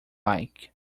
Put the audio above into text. like